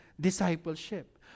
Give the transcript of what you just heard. discipleship